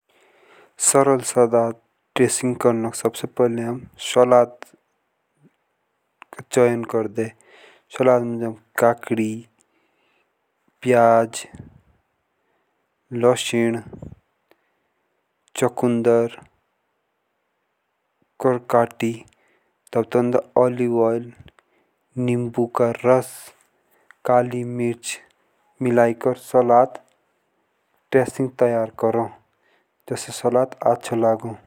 असपष्ट ड्रेसिंग गर्नु अाम। चयन करदे सलद मुझक काकड़ी प्याज लसुन चकुंदर कर काटि। तब तौन्दो ओलिव ओइल नींबू का रस काली मिर्च मिलाके सलद ड्रेसिंग्स करो।